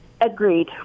Agreed